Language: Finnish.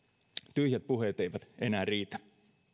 tyhjät puheet eivät enää riitä